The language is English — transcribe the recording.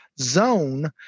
zone